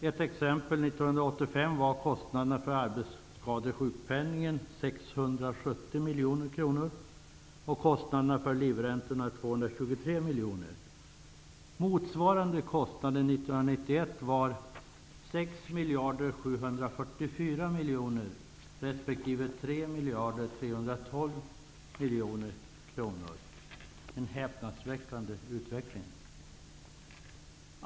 Ett exempel: År 1985 var kostnaderna för arbetsskadesjukpenningen 670 miljoner resp. 3 312 miljoner. Det är en häpnadsväckande utveckling.